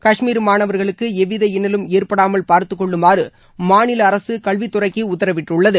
கஷ்மீர் மாணவர்களுக்கு எவ்வித இன்னலும் ஏற்படாமல் பார்த்துக்கொள்ளுமாறு மாநில அரசு கல்வித்துறைக்கு உத்தரவிட்டுள்ளது